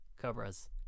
Cobras